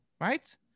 right